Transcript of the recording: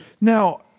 Now